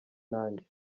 nanjye